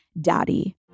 daddy